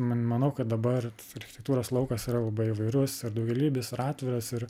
man manau kad dabar architektūros laukas yra labai įvairus daugialypis ir atviras ir